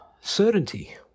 certainty